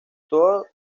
todas